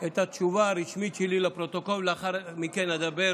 את התשובה הרשמית שלי לפרוטוקול, ולאחר מכן אדבר